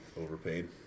overpaid